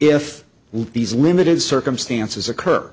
if these limited circumstances occur